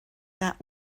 that